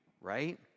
right